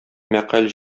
мәкаль